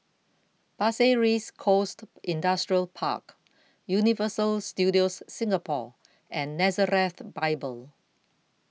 Pasir Ris Coast Industrial Park Universal Studios Singapore and Nazareth Bible